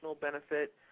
benefit